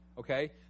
okay